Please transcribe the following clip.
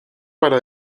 para